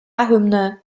hymne